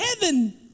heaven